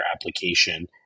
application